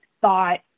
thought